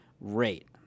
rate